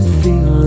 feel